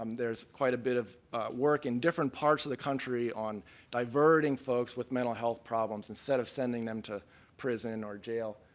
um there's quite a bit of work in different parts of the country on diverting folks with mental health problems instead of sending them to prison or jail,